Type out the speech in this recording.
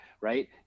right